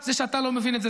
זה שאתה לא מבין את זה,